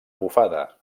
bufada